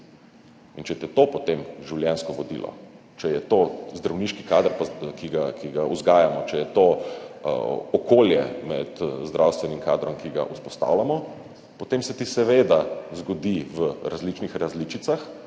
In če ti je to potem življenjsko vodilo, če je to zdravniški kader, ki ga vzgajamo, če je to okolje med zdravstvenim kadrom, ki ga vzpostavljamo, potem se ti seveda zgodi v različnih različicah